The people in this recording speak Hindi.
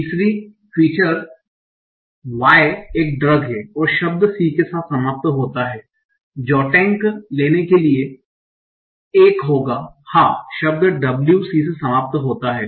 तीसरी फीचर y एक ड्रग है और शब्द c के साथ समाप्त होता है और ज़ांटैक लेने के लिए एक होगा हाँ शब्द W c से समाप्त होता है